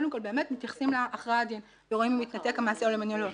קודם כל באמת מתייחסים להכרעת הדין ורואים אם התנתק המעשה מהמניע או לא.